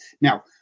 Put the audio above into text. Now